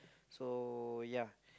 so ya